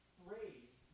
phrase